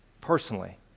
personally